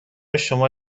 شما